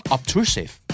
Obtrusive